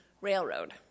railroad